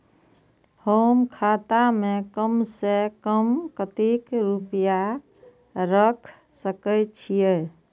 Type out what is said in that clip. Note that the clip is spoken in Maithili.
हम खाता में कम से कम कतेक रुपया रख सके छिए?